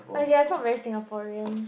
but they're not very Singaporean